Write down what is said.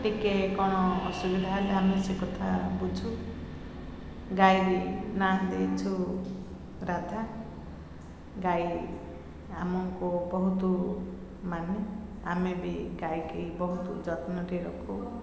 ଟିକେ କ'ଣ ଅସୁବିଧା ହେଲେ ଆମେ ସେ କଥା ବୁଝୁ ଗାଈ ନାଁ ଦେଇଛୁ ରାଧା ଗାଈ ଆମକୁ ବହୁତ ମାନେ ଆମେ ବି ଗାଈକି ବହୁତ ଯତ୍ନଟିରେ ରଖୁ